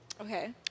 Okay